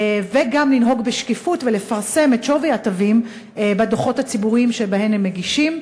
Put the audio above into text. וגם לנהוג בשקיפות ולפרסם את שווי התווים בדוחות הציבוריים שהן מגישות,